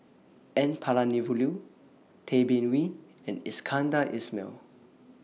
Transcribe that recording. N Palanivelu Tay Bin Wee and Iskandar Ismail